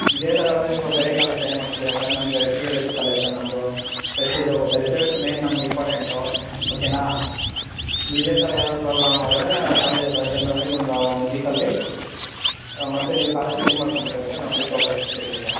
ಇದೇ ಥರ ಆದರೆ ನೀವು ಬೇರೆ ಕಾಲೇಜ್ ಜಾಯಿನ್ ಮಾಡಿಸ್ಕೊಳ್ಳಿ ಯಾಕೆಂದರೆ ನಮ್ಮದು ರೆಪ್ಯೂಟೆಡ್ ಇದ್ ಕಾಲೇಜ್ ಸರ್ ನಮ್ಮದು ಪ್ರೆಷ್ಟಿಜ್ ಹೋಗುತ್ತೆ ರಿಸಲ್ಟ್ ಮೇನ್ ನಮಗೆ ಇಂಪಾರ್ಟೆಂಟು ಓಕೆನಾ ಇದೇ ಥರ ಏನಾದರೂ ಪ್ರಾಬ್ಲಮ್ ಆದರೆ ಕಾಲೇಜ್ ಬೇರೆ ಇಲ್ಲಾಂದರೆ ಇನ್ನೊಂದು ವಾರ ಒಂದು ವೀಕಲ್ಲಿ ಮತ್ತೆ ನೀವು ಕಾಲೇಜ್ ಚೇಂಜ್ ಮಾಡ್ಕೊಬೇಕಾಗುತ್ತೆ ನಾವು ಟಿ ಸಿ ವಾಪಸ್ ಕೊಟ್ಬಿಡ್ತೀವಿ ಸರ್